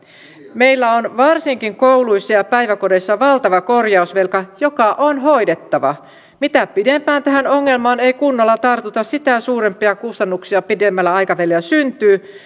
meillä on varsinkin kouluissa ja ja päiväkodeissa valtava korjausvelka joka on hoidettava mitä pidempään tähän ongelmaan ei kunnolla tartuta sitä suurempia kustannuksia pidemmällä aikavälillä syntyy